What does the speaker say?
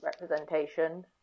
representation